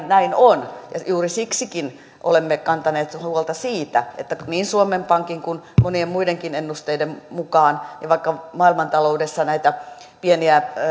näin on ja juuri siksikin olemme kantaneet huolta siitä että niin suomen pankin kuin monien muidenkin ennusteiden mukaan vaikka maailmantaloudessa näitä pieniä